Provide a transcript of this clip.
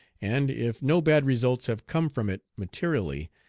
and, if no bad results have come from it materially,